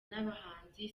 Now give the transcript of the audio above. n’abahanzi